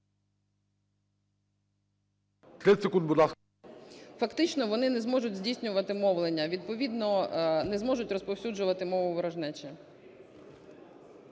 Фактично вони не зможуть здійснювати мовлення, відповідно не зможуть розповсюджувати мову ворожнечі.